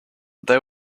they